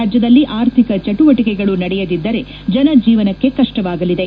ರಾಜ್ಯದಲ್ಲಿ ಆರ್ಥಿಕ ಚಟುವಟಿಗಳು ನಡೆಯದಿದ್ದರೆ ಜನಜೀವನಕ್ಕೆ ಕಷ್ಷವಾಗಲಿದೆ